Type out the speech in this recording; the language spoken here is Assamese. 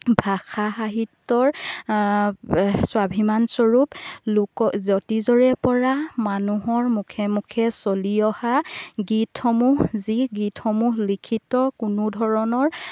ভাষা সাহিত্যৰ স্বাভিমানস্বৰূপ লোক জতিজৰে পৰা মানুহৰ মুখে মুখে চলি অহা গীতসমূহ যি গীতসমূহ লিখিত কোনো ধৰণৰ